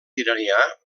iranià